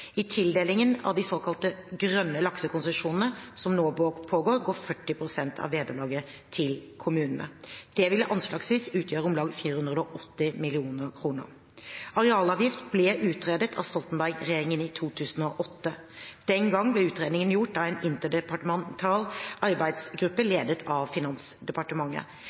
I tildelingen av de såkalte grønne laksekonsesjonene som nå pågår, går 40 pst. av vederlaget til kommunene. Det vil anslagsvis utgjøre om lag 480 mill. kr. Arealavgift ble utredet av Stoltenberg-regjeringen i 2008. Den gang ble utredningen gjort av en interdepartemental arbeidsgruppe ledet av Finansdepartementet.